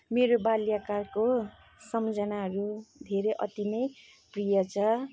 मेरो बाल्यकालको सम्झनाहरू धेरै अति नै प्रिय छ